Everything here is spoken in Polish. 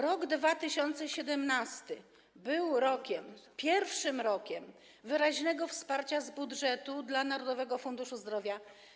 Rok 2017 był pierwszym rokiem wyraźnego wsparcia z budżetu dla Narodowego Funduszu Zdrowia.